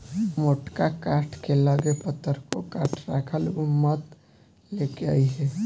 मोटका काठ के लगे पतरको काठ राखल उ मत लेके अइहे